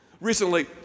Recently